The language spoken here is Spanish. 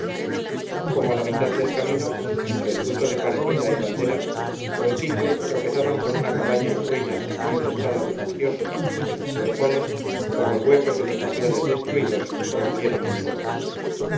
como a la mitad del camino entre el punto de partida y banderas los quince tropezaron con una cabaña en ruinas infestada de facciosos los cuales por los huecos de los tapiales destruidos rompieron el fuego